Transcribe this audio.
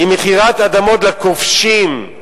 אם מכירת אדמות לכובשים,